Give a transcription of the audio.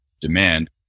demand